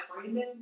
Brandon